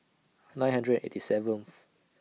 nine hundred eighty seventh